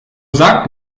sagt